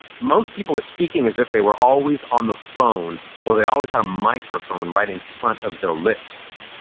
most people are speaking as if they were always on the phone or they always have microphone right in front of their lips.